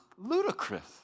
Ludicrous